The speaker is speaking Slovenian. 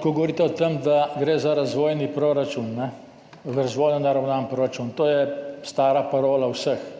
govorite o tem, da gre za razvojni proračun, za razvojno naravnan proračun – to je stara parola vseh.